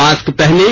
mask पहनें